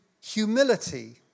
humility